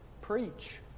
preach